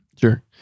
sure